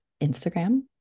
Instagram